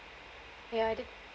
ya I did